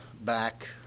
back